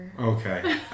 Okay